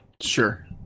Sure